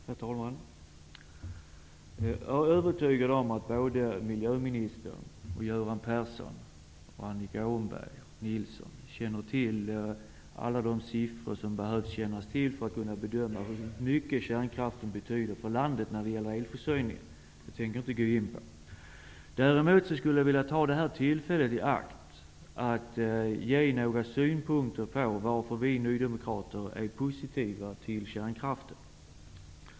Herr talman! Jag är övertygad om att både miljöministern, Göran Persson, Annika Åhnberg och Rolf Nilson känner till de siffror som behövs för att kunna bedöma hur mycket kärnkraften betyder för landet när det gäller elförsörjningen. Men jag tänker inte gå in på dessa siffror. Däremot vill jag ta tillfället i akt att framföra några synpunkter på varför vi nydemokrater är positiva till kärnkraften.